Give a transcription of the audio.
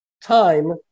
time